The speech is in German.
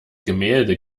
gemälde